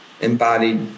embodied